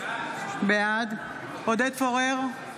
בעד עודד פורר,